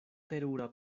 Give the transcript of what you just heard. terura